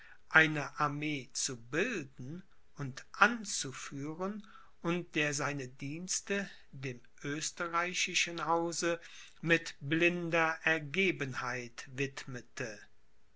eine armee zu bilden und anzuführen und der seine dienste dem österreichischen hause mit blinder ergebenheit widmete